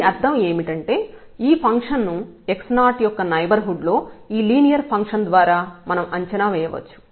దీని అర్థం ఏమిటంటే ఈ ఫంక్షన్ ను x0 యొక్క నైబర్హుడ్ లో ఈ లీనియర్ ఫంక్షన్ ద్వారా మనం అంచనా వేయవచ్చు